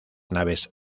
naves